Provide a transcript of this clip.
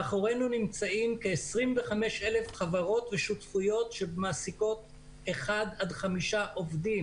מאחורינו נמצאות כ-25,000 חברות ושותפויות שמעסיקות 1 עד 5 עובדים.